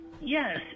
Yes